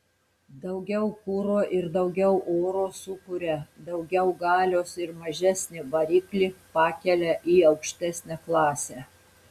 daugiau kuro ir daugiau oro sukuria daugiau galios ir mažesnį variklį pakelia į aukštesnę klasę